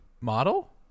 Model